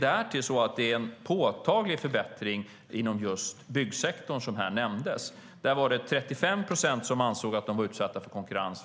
Därtill är det en påtaglig förbättring inom just byggsektorn, som nämndes här. Där ansåg 35 procent att de var utsatta för konkurrens